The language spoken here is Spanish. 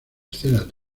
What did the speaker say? escenas